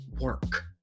work